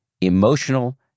emotional